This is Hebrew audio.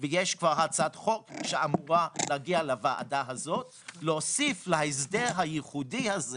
ויש כבר הצעת חוק שאמורה להגיע לוועדה הזו להוסיף להסדר הייחודי הזה